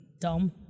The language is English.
dumb